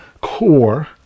core